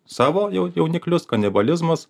savo jau jauniklius kanibalizmas